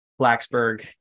Blacksburg